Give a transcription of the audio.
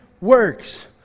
works